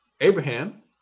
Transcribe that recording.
Abraham